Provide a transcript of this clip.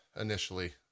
initially